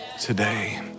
today